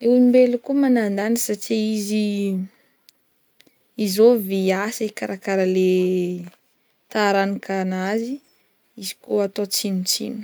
le olombelo koa manan-danja satria izy, izôvy hiasa hikarakara le taranaka anazy izy kô atao tsinontsinona.